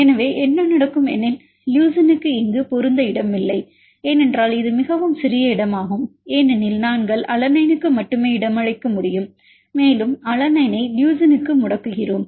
எனவே என்ன நடக்கும் எனில் லுசினுக்கு இங்கு பொருந்த இடமில்லை ஏனென்றால் இது மிகவும் சிறிய இடமாகும் ஏனெனில் நாங்கள் அலனைனுக்கு மட்டுமே இடமளிக்க முடியும் மேலும் அலனைனை லியூசினுக்கு முடக்குகிறோம்